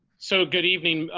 so good evening,